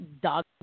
dog